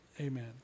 amen